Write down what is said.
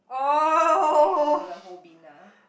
okay so the whole bin ah